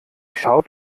schaut